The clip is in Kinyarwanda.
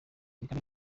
bihari